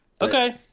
okay